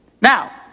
Now